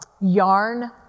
yarn